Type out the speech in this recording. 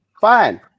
Fine